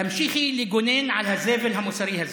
תמשיכי לגונן על הזבל המוסרי הזה.